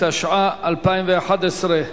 התשע"א 2011,